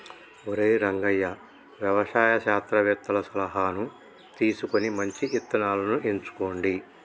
ఒరై రంగయ్య వ్యవసాయ శాస్త్రవేతల సలహాను తీసుకొని మంచి ఇత్తనాలను ఎంచుకోండి